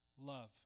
Love